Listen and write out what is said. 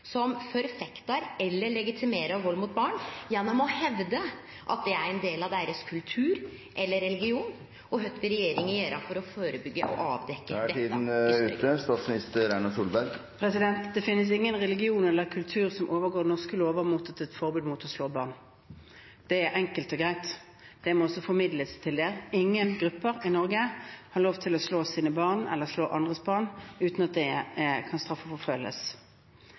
som forfektar eller legitimerer vald mot barn gjennom å hevde at det er ein del av deira kultur eller religion, og kva vil regjeringa gjere for å førebyggje og avdekkje dette? Det finnes ingen religion eller kultur som overgår norske lover når det gjelder forbudet mot å slå barn. Det er enkelt og greit. Det må også formidles. Ingen grupper i Norge har lov til å slå sine barn eller slå andres barn uten at det kan straffeforfølges.